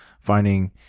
Finding